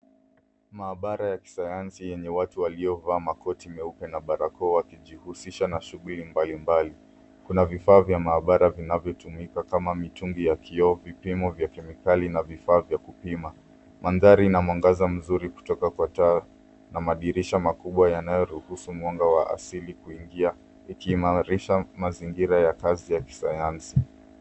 Mahabara ya kisayansi yenye watu waliovaa makoti meupe na barakoa wakijihusisha na shughuli mbalimbali. Kuna vifaa vya mahabara vinavyotumika kama mitungi ya kioo, vipimo vya kemikali, na vifaa vya kupima. Mandhari ina mwangaza mzuri kutoka kwa taa na madirisha makubwa yanayoruhusu mwanga wa asili kuingia, ikiimarisha mazingira ya kazi ya kisayansi.